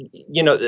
you know,